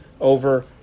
over